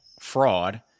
fraud